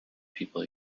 people